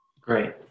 Great